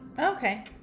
Okay